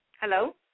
Hello